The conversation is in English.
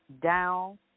down